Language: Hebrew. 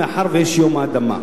מאחר שיש יום האדמה.